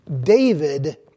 David